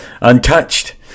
untouched